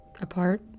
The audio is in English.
apart